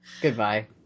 Goodbye